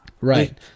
Right